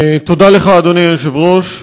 תודה לך, אדוני היושב-ראש,